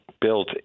built